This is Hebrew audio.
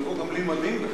הוא יבוא גם בלי מדים בכלל,